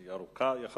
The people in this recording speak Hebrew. שהיא ארוכה יחסית.